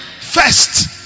first